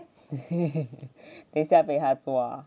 等一下被他抓